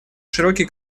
широкий